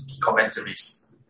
commentaries